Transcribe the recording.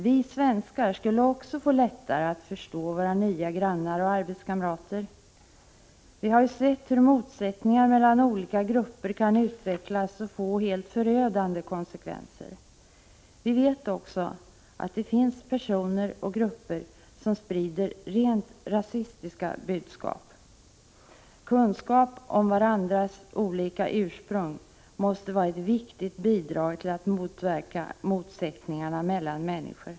Vi svenskar skulle också få lättare att förstå våra nya grannar och arbetskamrater. Vi har ju sett hur motsättningar mellan olika grupper kan utvecklas och få helt förödande konsekvenser. Vi vet också att det finns personer och grupper som sprider rent rasistiska budskap. Kunskap om varandras olika ursprung måste vara ett viktigt bidrag till att motverka motsättningar mellan människor.